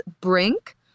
Brink